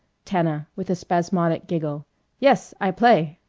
tana with a spasmodic giggle yes, i play.